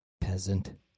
Peasant